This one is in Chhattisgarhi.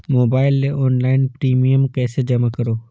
मोबाइल ले ऑनलाइन प्रिमियम कइसे जमा करों?